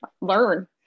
learn